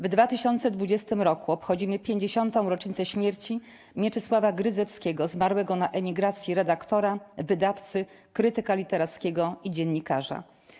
W 2020 roku obchodzimy 50. rocznicę śmierci Mieczysława Grydzewskiego, zmarłego na emigracji, redaktora, wydawcy, krytyka literackiego i dziennikarza.